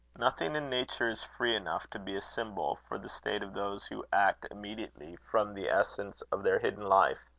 nothing in nature is free enough to be a symbol for the state of those who act immediately from the essence of their hidden life,